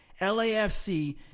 LAFC